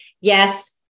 yes